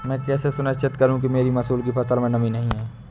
मैं कैसे सुनिश्चित करूँ कि मेरी मसूर की फसल में नमी नहीं है?